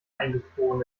eingefroren